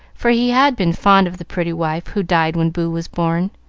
for he had been fond of the pretty wife who died when boo was born.